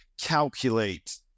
calculate